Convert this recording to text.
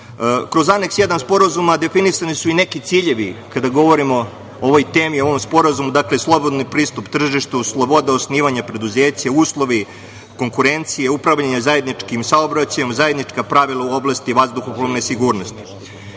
Kroz aneks 1 sporazuma definisani su i neki ciljevi, kada govorimo o ovoj temi, o ovom sporazumu, dakle slobodni pristup tržištu, sloboda osnivanja preduzeća, uslovi konkurencije, upravljanje zajedničkim saobraćajem, zajednička pravila u oblasti vazduhoplovne sigurnosti. Poslednji